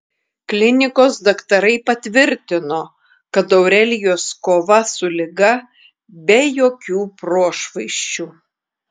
klinikos daktarai patvirtino kad aurelijos kova su liga be jokių prošvaisčių